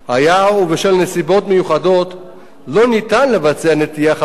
היה ובשל נסיבות מיוחדות לא ניתן לבצע נטיעה חלופית,